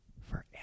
Forever